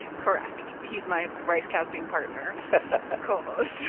correct. he's my rice-casting partner co-host?